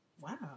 Wow